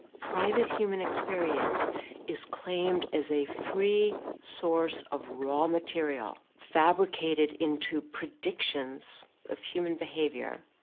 private, human experience is claimed as a free source of raw material, fabricated into predictions of human behavior.